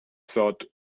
thought